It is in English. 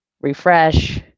refresh